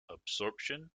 absorption